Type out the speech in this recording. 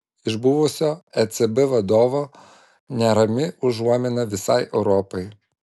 iš buvusio ecb vadovo nerami užuomina visai europai